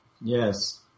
Yes